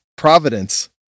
Providence